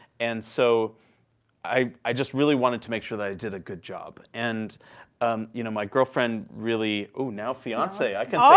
and so i i just really wanted to make sure that i did a good job. and um you know my girlfriend really ooh, now fiance. i can say